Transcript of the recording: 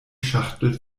schachtel